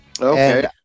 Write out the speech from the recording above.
Okay